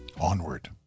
onward